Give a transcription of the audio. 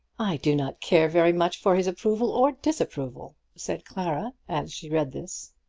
i do not care very much for his approval or disapproval, said clara as she read this.